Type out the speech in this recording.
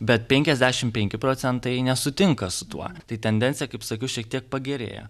bet penkiasdešim penki procentai nesutinka su tuo tai tendencija kaip sakiau šiek tiek pagerėjo